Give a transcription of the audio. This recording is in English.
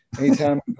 anytime